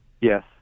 yes